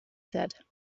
said